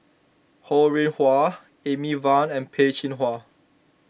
Ho Rih Hwa Amy Van and Peh Chin Hua